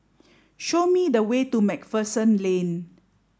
show me the way to MacPherson Lane